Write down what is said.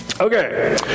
Okay